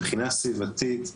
מבחינה סביבתית,